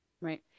Right